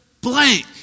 blank